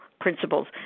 principles